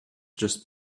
just